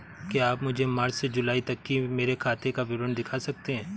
क्या आप मुझे मार्च से जूलाई तक की मेरे खाता का विवरण दिखा सकते हैं?